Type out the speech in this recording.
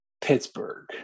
Pittsburgh